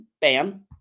bam